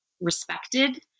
respected